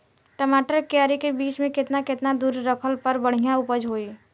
टमाटर के क्यारी के बीच मे केतना केतना दूरी रखला पर बढ़िया उपज होई?